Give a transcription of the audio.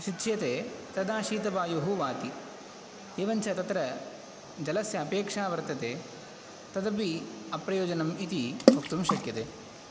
शुच्यते तदा शीतवायुः वाति एवं च तत्र जलस्य अपेक्षा वर्तते तदपि अप्रयोजनम् इति वक्तुं शक्यते